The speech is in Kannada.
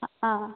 ಹಾಂ